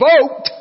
vote